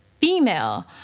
female